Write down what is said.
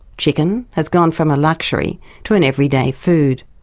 chicken has gone from a luxury to an everyday food.